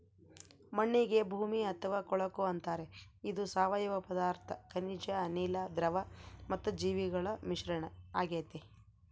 ಮಣ್ಣಿಗೆ ಭೂಮಿ ಅಥವಾ ಕೊಳಕು ಅಂತಾರೆ ಇದು ಸಾವಯವ ಪದಾರ್ಥ ಖನಿಜ ಅನಿಲ, ದ್ರವ ಮತ್ತು ಜೀವಿಗಳ ಮಿಶ್ರಣ ಆಗೆತೆ